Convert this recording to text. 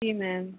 जी ma'am